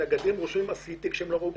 נגדים כותבים שהם עשו משהו שכלל לא עשו.